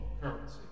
currency